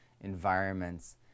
environments